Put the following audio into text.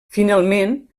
finalment